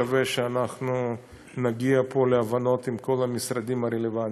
ואני מאוד מקווה שאנחנו נגיע פה להבנות עם כל המשרדים הרלוונטיים.